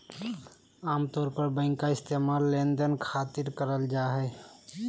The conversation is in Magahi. आमतौर पर बैंक के इस्तेमाल लेनदेन खातिर करल जा हय